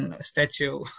statue